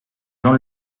jean